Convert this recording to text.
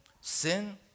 sin